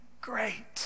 great